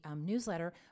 newsletter